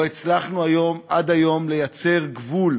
לא הצלחנו עד היום ליצור גבול,